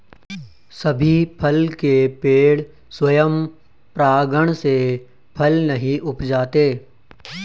सभी फल के पेड़ स्वयं परागण से फल नहीं उपजाते